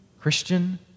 Christian